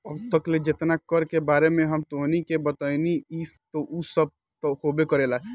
अब तक ले जेतना कर के बारे में हम तोहनी के बतइनी हइ उ सब त होबे करेला